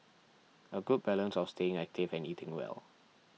a good balance of staying active and eating well